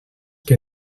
que